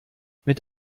mit